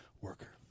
worker